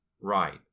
right